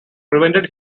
prevented